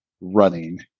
running